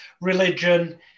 religion